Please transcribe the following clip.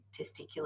testicular